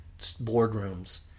boardrooms